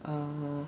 err